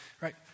right